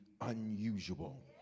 unusual